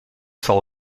zal